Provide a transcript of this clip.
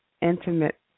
intimate